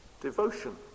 devotion